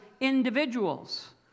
individuals